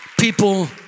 people